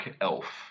elf